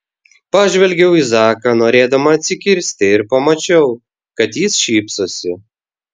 pažvelgiau į zaką norėdama atsikirsti ir pamačiau kad jis šypsosi